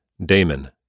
Damon